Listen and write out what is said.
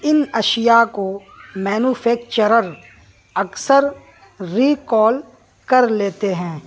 ان اشیاء کو مینوفیکچرر اکثر ریکال کر لیتے ہیں